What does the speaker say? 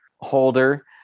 holder